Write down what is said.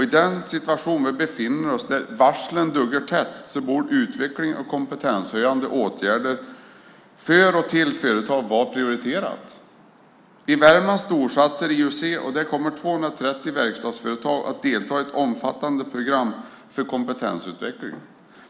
I den situation vi befinner oss i där varslen duggar tätt borde utveckling och kompetenshöjande åtgärder för och till företag vara prioriterat. I Värmland storsatsar IUC och där kommer 230 verkstadsföretag att delta i ett omfattande program för kompetensutveckling.